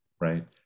right